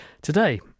today